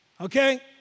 okay